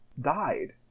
died